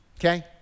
okay